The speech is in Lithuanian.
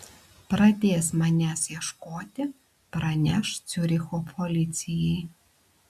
pradės manęs ieškoti praneš ciuricho policijai